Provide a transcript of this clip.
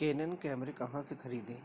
Canon کیمرے کہاں سے خریدیں